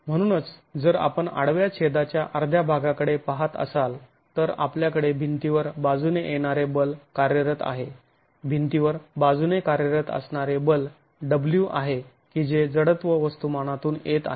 म्हणून जर आपण आडव्या छेदाच्या अर्ध्या भागाकडे पहात असाल तर आपल्याकडे भिंतीवर बाजूने येणारे बल कार्यरत आहे भिंतीवर बाजूने कार्यरत असणारे बल W आहे की जे जडत्व वस्तुमानातून येत आहे